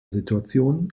situation